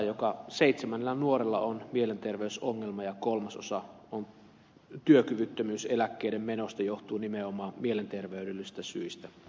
joka seitsemännellä nuorella on mielenterveysongelma ja kolmasosa työkyvyttömyyseläkkeiden menoista johtuu nimenomaan mielenterveydellisistä syistä